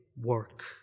work